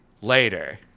Later